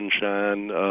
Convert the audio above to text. sunshine